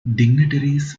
dignitaries